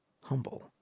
Humble